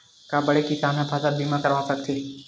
का बड़े किसान ह फसल बीमा करवा सकथे?